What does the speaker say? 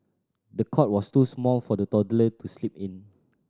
the cot was too small for the toddler to sleep in